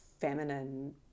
feminine